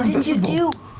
did you do?